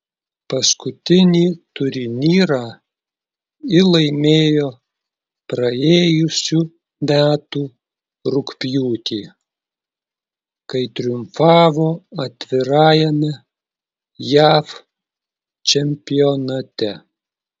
paskutinį turnyrą ji laimėjo praėjusių metų rugpjūtį kai triumfavo atvirajame jav čempionate